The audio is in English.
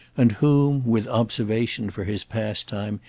and whom, with observation for his pastime,